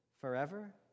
forever